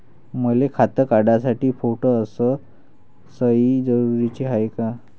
मले खातं काढासाठी फोटो अस सयी जरुरीची हाय का?